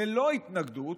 ללא התנגדות,